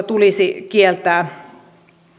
tulisi kieltää